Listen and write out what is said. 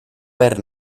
ver